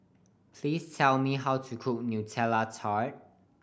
please tell me how to cook Nutella Tart